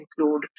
include